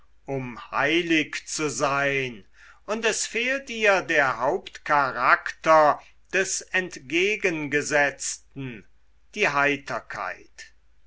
um heilig zu sein und es fehlt ihr der hauptcharakter des entgegengesetzten die heiterkeit